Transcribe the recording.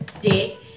dick